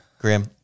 Grim